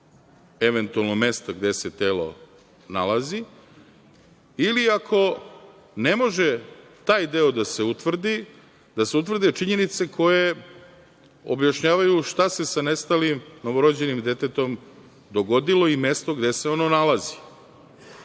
eventualnog mesta gde se telo nalazi ili ako ne može taj deo da se utvrdi, da se utvrde činjenice koje objašnjavaju šta se sa nestalim novorođenim detetom dogodilo i mesto gde se ono nalazi.